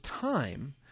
time